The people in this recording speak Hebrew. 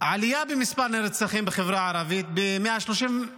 עלייה במספר הנרצחים בחברה הערבית ב-130%.